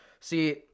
See